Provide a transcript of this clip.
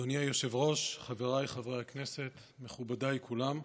אדוני היושב-ראש, חבריי חברי הכנסת, מכובדיי כולם,